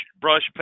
brush